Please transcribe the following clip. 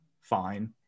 fine